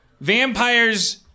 vampires